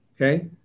okay